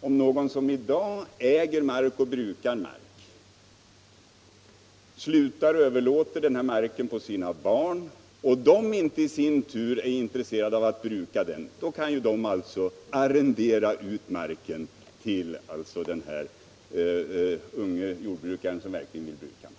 om några som i dag äger och brukar mark slutar och överlåter marken på sina barn och de inte i sin tur är intresserade av att bruka den. Då kan de arrendera ut marken till den unge jordbrukaren som verkligen vill bruka jorden.